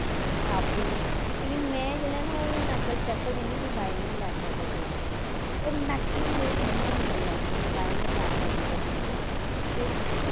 छापदे हे लेकिन में जेह्ड़ा ना हून अजकल्ल प्रेफर करनी मोबाइल यां लैपटाप उप्पर लिखना और मैकसिमम लोक इ'यां गै लिखदे अजकल्ल मोबाइल यां लैपटाप उप्पर लिखदे फिर